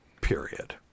period